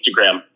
Instagram